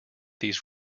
these